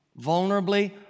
Vulnerably